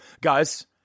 guys